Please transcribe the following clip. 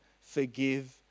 forgive